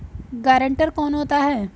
Guarantor कौन होता है?